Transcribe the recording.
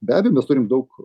be abejo mes turim daug